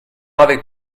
avec